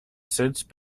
since